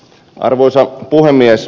arvoisa puhemies